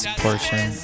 portion